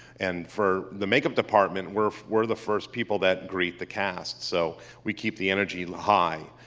and for the make up department, we're we're the first people that greet the cast. so we keep the energy high.